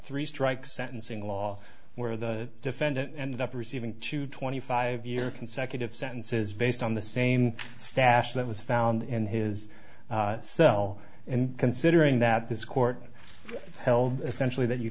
three strikes sentencing law where the defendant ended up receiving to twenty five year consecutive sentences based on the same stash that was found in his cell and considering that this court held essentially that you